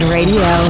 Radio